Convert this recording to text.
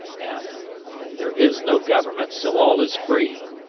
and there is no government, so all is free,